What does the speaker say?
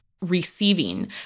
receiving